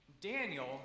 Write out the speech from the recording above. Daniel